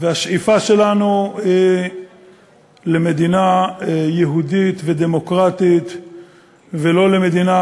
והשאיפה שלנו היא למדינה יהודית ודמוקרטית ולא למדינה